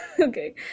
okay